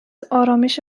آرامش